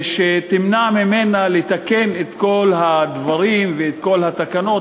שמונעת ממנה לתקן את כל הדברים ואת כל התקנות